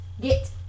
Get